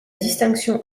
distinction